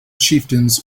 chieftains